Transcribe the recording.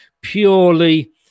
purely